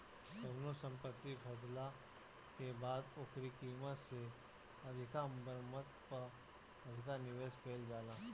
कवनो संपत्ति खरीदाला के बाद ओकरी कीमत से अधिका मरम्मत पअ अधिका निवेश कईल जाला